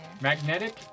magnetic